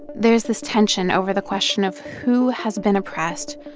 there's this tension over the question of who has been oppressed,